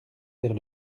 vers